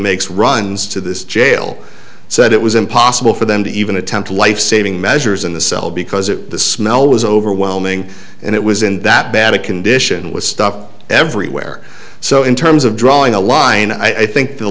makes runs to this jail said it was impossible for them to even attempt a life saving measures in the cell because it the smell was overwhelming and it was in that bad condition with stuff everywhere so in terms of drawing a line i think the